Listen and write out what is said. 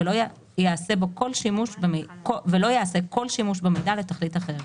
ולא ייעשה כל שימוש במידע לתכלית אחרת.